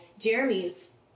Jeremy's